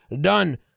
done